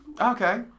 Okay